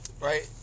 right